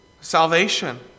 salvation